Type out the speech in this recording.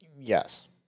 Yes